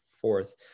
fourth